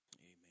Amen